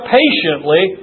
patiently